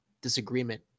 disagreement